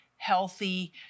healthy